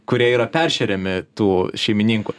kurie yra peršeriami tų šeimininkų